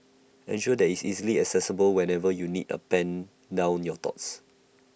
ensure that IT is easily accessible whenever you need A pen down your thoughts